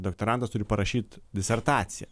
doktorantas turi parašyt disertaciją